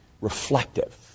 reflective